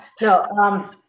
No